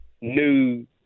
new